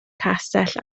castell